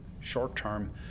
short-term